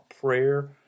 prayer